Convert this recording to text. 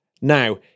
Now